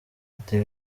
ati